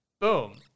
Boom